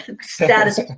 status